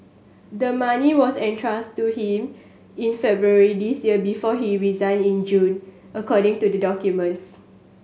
the money was entrusted to him in February this year before he resigned in June according to the documents